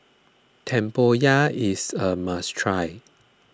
Tempoyak is a must try